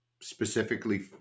specifically